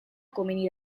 komeni